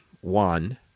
one